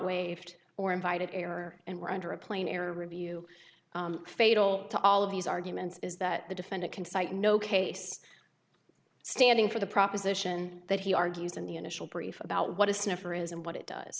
waived or invited error and we're under a plane air review fatal to all of these arguments is that the defendant can cite no case standing for the proposition that he argues in the initial brief about what a sniffer is and what it does